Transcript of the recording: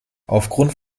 aufgrund